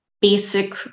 basic